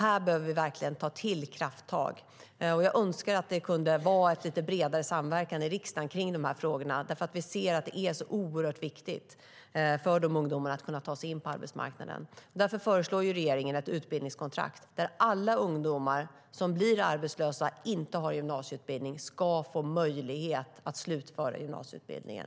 Här behöver vi verkligen ta till krafttag. Jag önskar att vi kunde ha en lite bredare samverkan i riksdagen om de här frågorna, för vi ser ju att det är oerhört viktigt för de ungdomarna att kunna ta sig in på arbetsmarknaden. Därför föreslår regeringen ett utbildningskontrakt - alla ungdomar som blir arbetslösa och inte har gymnasieutbildning ska få möjlighet att slutföra gymnasieutbildningen.